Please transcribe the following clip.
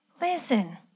Listen